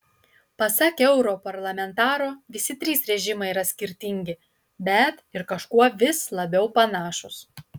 pasak europarlamentaro visi trys režimai yra skirtingi bet ir kažkuo vis labiau panašūs